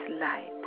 light